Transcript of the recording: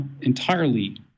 entirely